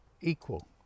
equal